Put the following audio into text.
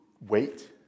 wait